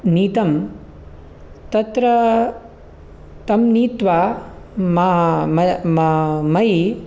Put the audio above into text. नीतं तत्र तं नीत्वा मयि